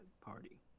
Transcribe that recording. party